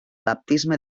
baptisme